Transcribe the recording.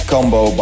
Combo